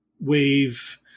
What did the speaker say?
wave